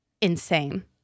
insane